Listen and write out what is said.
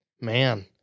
Man